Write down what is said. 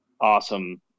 awesome